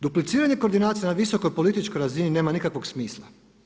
Dupliciranje koordinacije na visokoj političkoj razini nema nikakvog smisla.